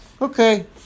Okay